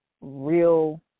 real